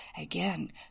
again